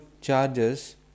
charges